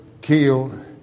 killed